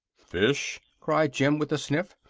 fish! cried jim, with a sniff.